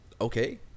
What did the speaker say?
Okay